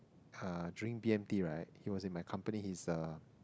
ha during B_M_T right he was in my company he's uh